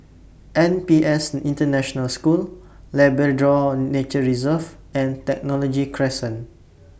N P S International School Labrador Nature Reserve and Technology Crescent